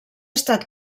estat